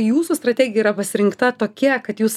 jūsų strategija yra pasirinkta tokia kad jūs